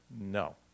No